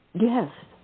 Yes